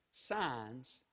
Signs